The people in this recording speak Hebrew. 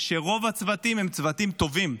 שרוב הצוותים הם צוותים טובים.